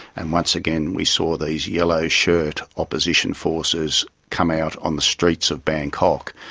and once again we saw these yellow-shirt opposition forces come out on the streets of bangkok,